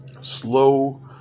slow